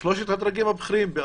בשלושת הדרגים הבכירים?